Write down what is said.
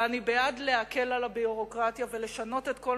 ואני בעד להקל בביורוקרטיה ולשנות את כל